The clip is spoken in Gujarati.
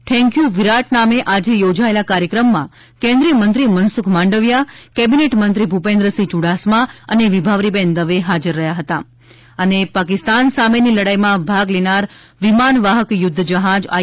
થેન્ક યુ વિરાટ નામે આજે યોજાયેલા કાર્યક્રમમાં કેન્દ્રિયમંત્રી મનસુખ માંડવિયા કેબિનેટ મંત્રી ભૂપેન્દ્રસિંહ યુડાસમા અને વિભાવરીબેન દવે હાજર રહ્યા હતા અને પાકિસ્તાન સામેની લડાઈમાં ભાગ લેનાર વિમાન વાહક યુધ્ધ જહાજ આઈ